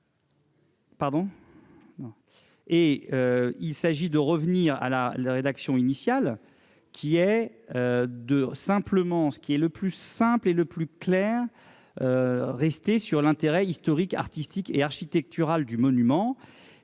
Il s'agit de revenir à la rédaction initiale, plus simple et plus claire, fondée sur l'intérêt historique, artistique et architectural du monument.